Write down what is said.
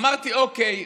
אמרתי: אוקיי,